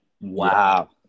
Wow